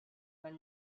tan